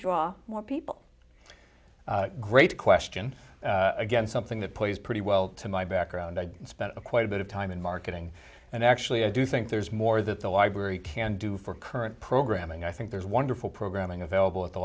draw more people great question again something that plays pretty well to my background i've spent quite a bit of time in marketing and actually i do think there's more that the library can do for current programming i think there's wonderful programming available at the